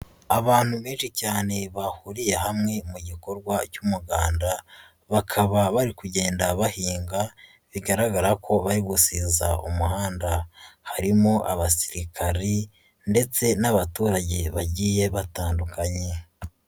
Abantu benshi cyane bahuriye hamwe mu gikorwa cy'umuganda, bakaba bari kugenda bahinga bigaragara ko bari gusiza umuhanda, harimo abasirikari ndetse n'abaturage bagiye batandukanye.